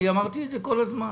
אמרתי את זה כל הזמן